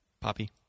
Poppy